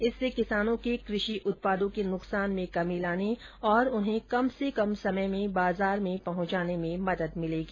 इससे किसानों के क्रषि उत्पादों के नुकसान में कमी लाने और उन्हें कम से कम समय में बाजार में पहंचाने में मदद मिलेगी